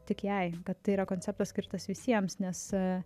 tik jai tai yra konceptas skirtas visiems nes e